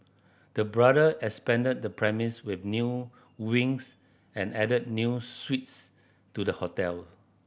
the brother expanded the premise with new wings and added new suites to the hotel